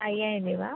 അയ്യായിരം രൂപ